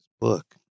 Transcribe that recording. book